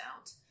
out